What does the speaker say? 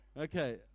Okay